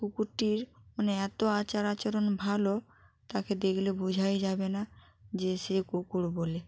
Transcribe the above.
কুকুরটির মানে এতো আচার আচরণ ভালো তাকে দেখলে বোঝাই যাবে না যে সে কুকুর বলে